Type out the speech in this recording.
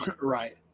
Right